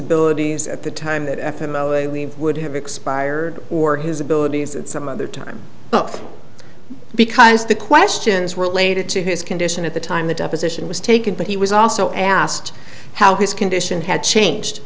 abilities at the time that we would have expired or his abilities at some other time but because the questions were related to his condition at the time the deposition was taken but he was also asked how his condition had changed